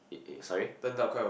it it sorry